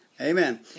Amen